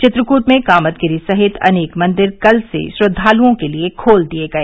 चित्रकूट में कामदगिरि सहित अनेक मंदिर कल से श्रद्वालुओं के लिए खोल दिए गए